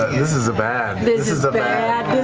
is is a bad, this is a bad.